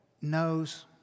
knows